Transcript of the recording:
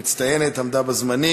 חברת כנסת מצטיינת, עמדה בזמנים,